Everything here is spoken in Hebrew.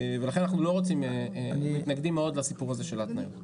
ולכן אנחנו מתנגדים מאוד לסיפור הזה של ההתניות.